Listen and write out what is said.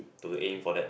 to the aim for that